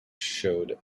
showed